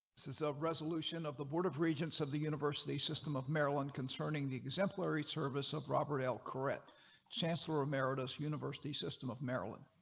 so resolution of the board of regents of the university system of maryland concerning the exemplary service of robert l correct chancellor emeritus university system of maryland.